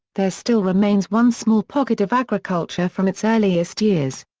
there still remains one small pocket of agriculture from its earliest years.